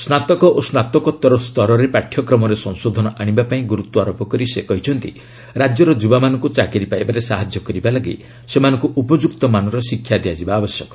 ସ୍ନାତକ ଓ ସ୍ନାତକୋତ୍ତର ସ୍ତରରେ ପାଠ୍ୟକ୍ରମରେ ସଂଶୋଧନ ଆଶିବା ପାଇଁ ଗୁରୁତ୍ୱାରୋପ କରି ସେ କହିଛନ୍ତି ରାଜ୍ୟର ଯୁବାମାନଙ୍କୁ ଚାକିରି ପାଇବାରେ ସାହାଯ୍ୟ କରିବା ଲାଗି ସେମାନଙ୍କୁ ଉପଯୁକ୍ତ ମାନର ଶିକ୍ଷା ଦିଆଯିବା ଆବଶ୍ୟକ